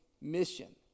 mission